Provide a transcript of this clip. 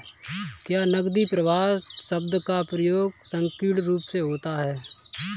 क्या नकदी प्रवाह शब्द का प्रयोग संकीर्ण रूप से होता है?